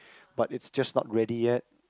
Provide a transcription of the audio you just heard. but it's just not ready yet